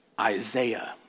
Isaiah